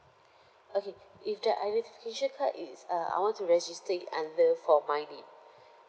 okay if the identification card is uh I want to register it under for my name